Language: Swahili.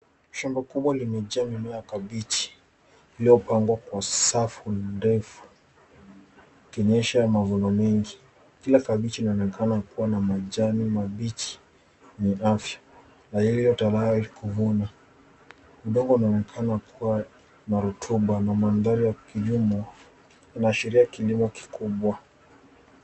Shamba kubwa limejaa mimea ya kabichi iliyopangwa kwa safu ndefu, ikionyesha mavuno mengi. Kila kabichi linaonekana kuwa na majani mabichi yenye afya yaliyotayari kuvunwa. Udongo unaoneka kuwa na rutuba na mandhari ya kijumla inaashiria kilimo kikubwa.